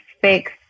fix